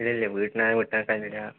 ഇല്ലയില്ല വീട്ടിൽ നിന്നങ്ങനെ വിട്ടയക്കുന്നില്ല